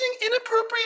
inappropriate